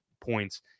points